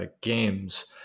Games